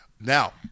now